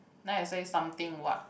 then I say something what